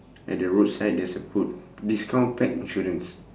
at the roadside there's a quote discount pack insurance